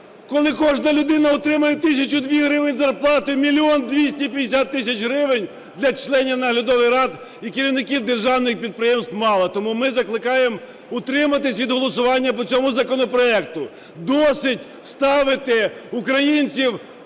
Коли кожна людина отримує тисячу-дві гривень зарплати, 1 мільйон 250 тисяч гривень для членів наглядових рад і керівників державних підприємств мало! Тому ми закликаємо утриматись від голосування по цьому законопроекту. Досить ставити українців